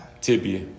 Tibia